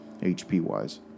HP-wise